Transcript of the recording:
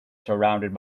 surrounded